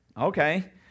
Okay